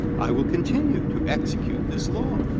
i will continue to execute this law.